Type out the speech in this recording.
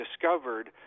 discovered